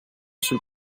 sul